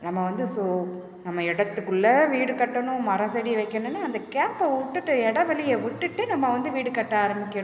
நம்ம வந்து ஸோ நம்ம இடத்துக்குள்ள வீடு கட்டணும் மரம் செடி வைக்கணுன்னா அந்த கேப்பை விட்டுட்டு இடவெளிய விட்டுட்டு நம்ம வந்து வீடு கட்ட ஆரம்பிக்கணும்